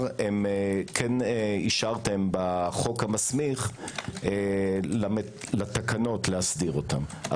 כן אישרתם בחוק המסמיך לתקנות להסדיר אותם.